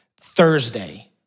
Thursday